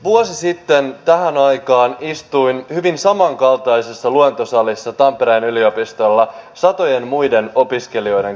vuosi sitten tähän aikaan istuin hyvin samankaltaisessa luentosalissa tampereen yliopistolla satojen muiden opiskelijoiden kanssa